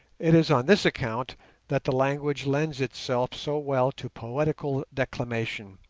it is on this account that the language lends itself so well to poetical declamation,